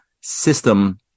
system